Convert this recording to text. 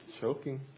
Choking